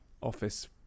office